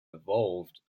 evolved